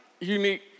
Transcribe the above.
unique